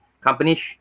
companies